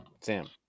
Sam